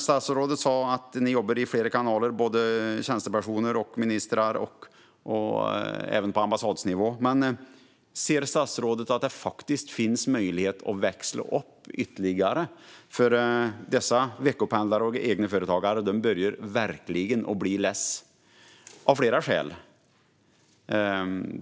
Statsrådet sa att det jobbas i flera kanaler på minister, ambassad och tjänstepersonsnivå, men ser statsrådet att det finns möjlighet att växla upp ytterligare? Veckopendlarna och egenföretagarna börjar nämligen ledsna ordentligt, av flera skäl.